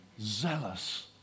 zealous